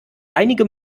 einige